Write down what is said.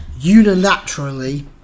unilaterally